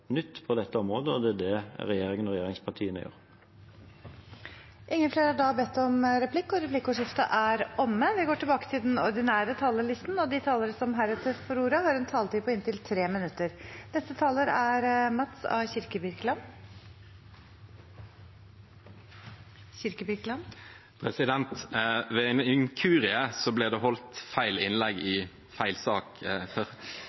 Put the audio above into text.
nytt på dette området, og det er det regjeringen og regjeringspartiene gjør. Replikkordskiftet er omme. De talere som heretter får ordet, har en taletid på inntil 3 minutter. Ved en inkurie ble det holdt feil innlegg i feil sak her tidligere, så jeg vil gjerne, på vegne av saksordføreren og flertallet i komiteen, takke for